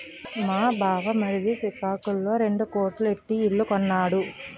మా బామ్మర్ది సికాకులంలో రెండు కోట్లు ఎట్టి ఇల్లు కొన్నాడు